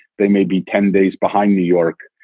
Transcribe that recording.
they may be ten days behind new york.